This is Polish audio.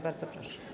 Bardzo proszę.